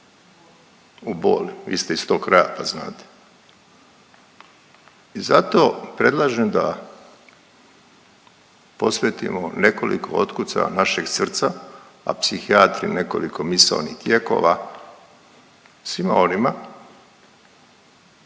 u boli, vi ste iz toga kraja, pa znate. I zato predlažem da posvetimo nekoliko otkucaja našeg srca, a psihijatri nekoliko misaoni tijekova svima onima